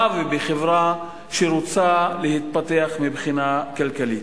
ובחברה שרוצה להתפתח מבחינה כלכלית.